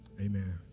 Amen